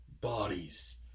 bodies